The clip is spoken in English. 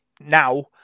now